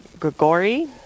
Gregory